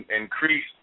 increase